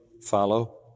follow